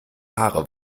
haare